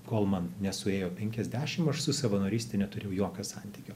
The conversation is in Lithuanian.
kol man nesuėjo penkiasdešim aš su savanoryste neturėjau jokio santykio